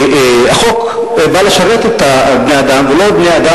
החוק בא לשרת את בני-האדם ולא בני-האדם